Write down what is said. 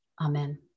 Amen